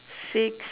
six